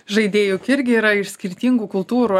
žaidėjų juk irgi yra iš skirtingų kultūrų